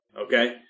okay